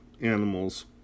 animals